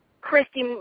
Christy